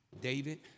David